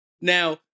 Now